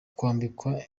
kwambika